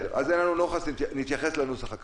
אז עוד אין לנו נוסח, נתייחס לנוסח הזה.